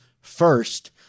first